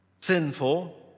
sinful